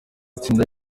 itsinda